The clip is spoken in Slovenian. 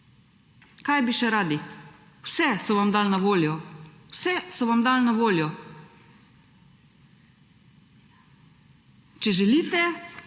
Kaj bi še radi? Vse so vam dali na voljo. Vse so vam dali na voljo. Če želite,